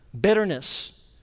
bitterness